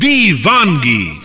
Divangi